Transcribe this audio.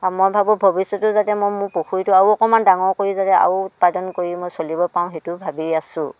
অ মই ভাবোঁ ভৱিষ্যতেও যাতে মই মোৰ পুখুৰীটো আৰু অকণমান ডাঙৰ কৰি যাতে আৰু উৎপাদন কৰি মই চলিব পাৰোঁ সেইটো ভাবি আছোঁ